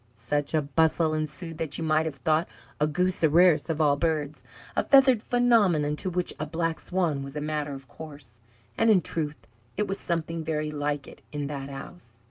such a bustle ensued that you might have thought a goose the rarest of all birds a feathered phenomenon, to which a black swan was a matter of course and in truth it was something very like it in that house.